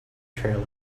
trailer